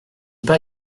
pas